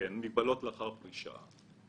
מגבלות לאחר פרישה.